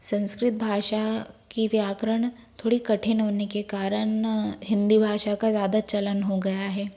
संस्कृत भाषा की व्याकरण थोड़ी कठिन होने कारण हिंदी भाषा का ज़्यादा चलन हो गया है